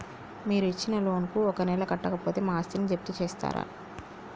మీరు ఇచ్చిన లోన్ ను ఒక నెల కట్టకపోతే మా ఆస్తిని జప్తు చేస్తరా?